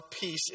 peace